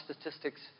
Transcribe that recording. statistics